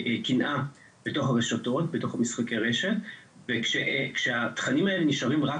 קנאה בתוך הרשתות ובתוך משחקי הרשת וכשהתכנים האלה נשארים רק